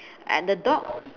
at the dog